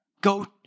go